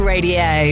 Radio